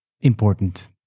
Important